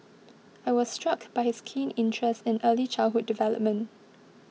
I was struck by his keen interest in early childhood development